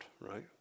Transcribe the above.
right